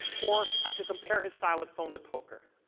or i could compare his silent phone to poker,